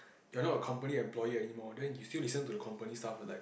you are not a company employee anymore then you feel listen to the company staff like